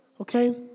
Okay